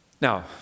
Now